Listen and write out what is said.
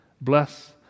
Bless